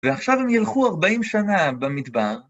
ועכשיו הם ילכו ארבעים שנה במדבר.